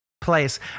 place